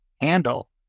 handle